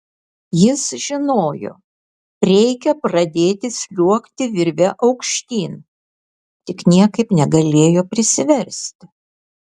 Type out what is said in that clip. jis žinojo reikia pradėti sliuogti virve aukštyn tik niekaip negalėjo prisiversti